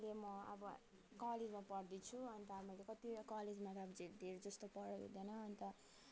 अहिले म अब कलेजमा पढ्दैछु अन्त मैले कतिवटा कलेजमा त झन् धेरै जस्तो पढाइ हुँदैन अन्त अब